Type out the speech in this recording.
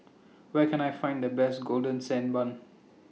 Where Can I Find The Best Golden Sand Bun